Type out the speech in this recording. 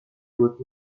بود